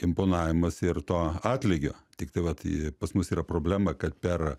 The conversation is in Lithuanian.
imponavimas ir to atlygio tiktai vat pas mus yra problema kad per